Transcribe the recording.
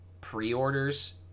pre-orders